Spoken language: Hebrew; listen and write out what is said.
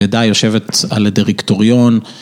‫על ידה יושבת על הדרקטוריון.